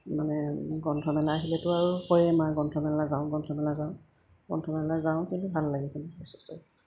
মানে গ্ৰন্থমেলা আহিলেতো আৰু কয়ে মা গ্ৰন্থমেলা যাওঁ গ্ৰন্থমেলা যাওঁ গ্ৰন্থমেলালৈ যাওঁ কিন্তু ভাল লাগে কিন্তু যথেষ্ট